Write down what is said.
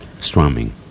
strumming